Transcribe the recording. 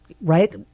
right